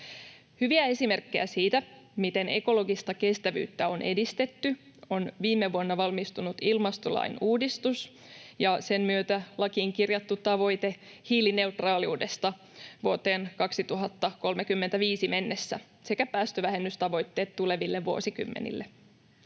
Hyviä esimerkkejä siitä, miten ekologista kestävyyttä on edistetty, ovat viime vuonna valmistunut ilmastolain uudistus ja sen myötä lakiin kirjattu tavoite hiilineutraaliudesta vuoteen 2035 mennessä sekä päästövähennystavoitteet tuleville vuosikymmenille.